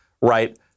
right